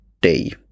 day